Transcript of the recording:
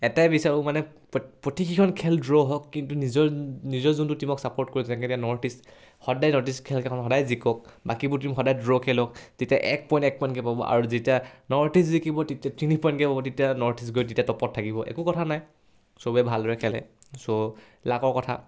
এটাই বিচাৰোঁ মানে প্ৰতিকেইখন খেল দ্ৰ' হওক কিন্তু নিজৰ নিজৰ যোনটো টীমক চাপৰ্ট কৰোঁ যেনেকৈ এতিয়া নৰ্থ ইষ্ট সদায় নৰ্থ ইষ্ট খেলকেইখন সদায় জিকক বাকীবোৰ টীম সদায় দ্ৰ' খেলক তেতিয়া এক পইণ্ট এক পইণ্টকৈ পাব আৰু যেতিয়া নৰ্থ ইষ্ট জিকিব তেতিয়া তিনি পইণ্টকৈ পাব তেতিয়া নৰ্থ ইষ্ট গৈ তেতিয়া টপত থাকিব একো কথা নাই চবেই ভালদৰে খেলে চ' লাকৰ কথা